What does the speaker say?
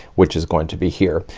which is going to be here.